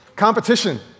Competition